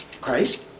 Christ